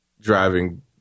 driving